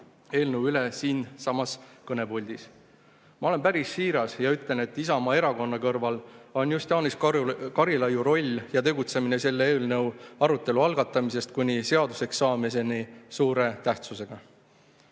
eelnõu siinsamas kõnepuldis üle. Ma olen päris siiras ja ütlen, et Isamaa Erakonna kõrval on just Jaanus Karilaiu roll ja tegutsemine selle eelnõu arutelu algatamisest kuni seaduseks saamiseni suure tähtsusega. Kuigi